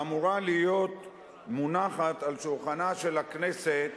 ואמורה להיות מונחת על שולחנה של הכנסת